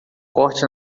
corte